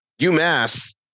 UMass